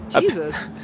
Jesus